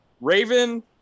Raven